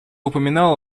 упоминал